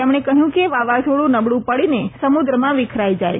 તેમણે કહયું કે વાવાઝોડ્ નબળુ પડીને સમુદ્રમાં વિખેરાય જાય